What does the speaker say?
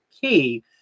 key